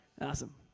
Awesome